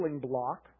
block